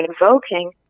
invoking